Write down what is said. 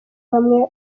bamwe